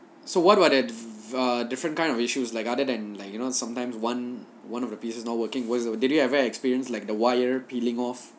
so what about that uh different kind of issues like other than like you know sometimes one one of the pieces not working or was it did you ever experience like the wire peeling off